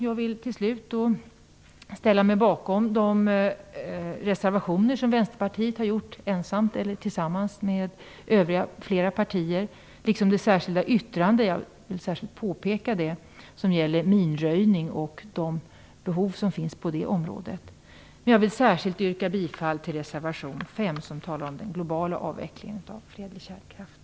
Jag vill till slut ställa mig bakom de reservationer som Vänsterpartiet har gjort ensamt eller tillsammans med flera partier, liksom det särskilda yttrande som gäller minröjning och de behov som finns på det området. Jag vill särskilt påpeka det. Jag vill särskilt yrka bifall till reservation 5, där det talas om den globala avvecklingen av fredlig kärnkraft.